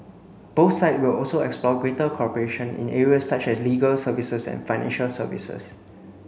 both side will also explore greater cooperation in areas such as legal services and financial services